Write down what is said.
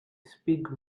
speak